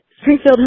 springfield